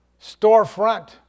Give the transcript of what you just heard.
storefront